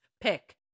Pick